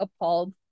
appalled